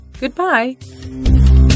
goodbye